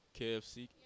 kfc